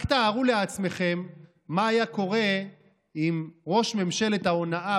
רק תארו לעצמכם מה היה קורה אם ראש ממשלת ההונאה